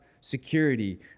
security